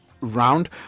round